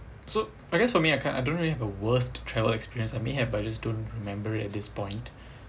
so I guess for me I can't I don't really have a worst travel experience I may have but I just don't remember it at this point